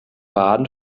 baden